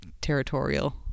Territorial